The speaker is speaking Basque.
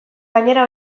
gainera